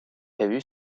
prévus